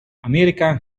amerika